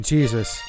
Jesus